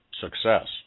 success